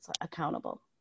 accountable